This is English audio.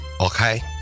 Okay